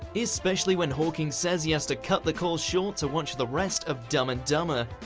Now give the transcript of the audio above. especially when hawking says he has to cut the call short to watch the rest of dumb and dumber.